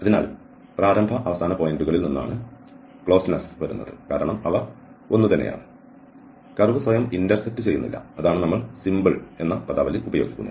അതിനാൽ പ്രാരംഭ അവസാന പോയിന്റുകളിൽ നിന്നാണ് ക്ലോസ്സ്നെസ്സ് വരുന്നത് കാരണം അവ ഒന്നുതന്നെയാണ് കർവ് സ്വയം ഇന്റർസെക്റ്റ് ചെയ്യുന്നില്ല അതാണ് നമ്മൾ സിമ്പിൾ എന്ന് പദാവലി ഉപയോഗിക്കുന്നത്